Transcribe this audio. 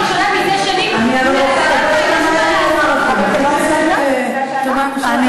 את רוצה שנתחיל למנות לך את כל מה שעשינו?